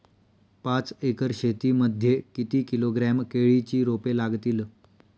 पाच एकर शेती मध्ये किती किलोग्रॅम केळीची रोपे लागतील?